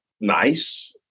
nice